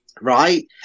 right